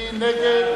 מי נגד,